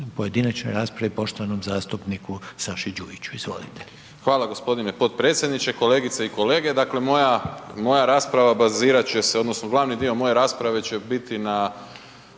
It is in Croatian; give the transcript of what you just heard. pojedinačnoj raspravi poštovanom zastupniku Saši Đujiću, izvolite. **Đujić, Saša (SDP)** Hvala gospodine potpredsjedniče, kolegice i kolege. Dakle, moja rasprava bazirati će se, odnosno, glavni dio moje rasprave, će biti na